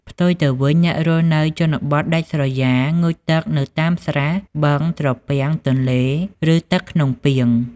ផ្ទុយទៅវិញ អ្នករស់នៅជនបទដាច់ស្រយាលងូតទឹកនៅតាមស្រះ បឹង ត្រពាំង ទន្លេ ឬ ទឹកក្នុងពាង។